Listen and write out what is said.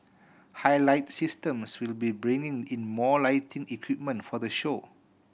Highlight Systems will be bringing in more lighting equipment for the show